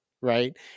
right